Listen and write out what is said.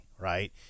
right